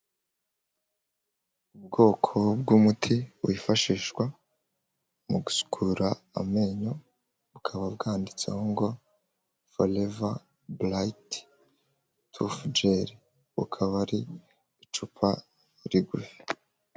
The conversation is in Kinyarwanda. Ubwoko bw'umuti wifashishwa mu gusukura amenyo, bukaba bwanditseho ngo foreva burayiti tufu geri akaba ari icupa rigufi.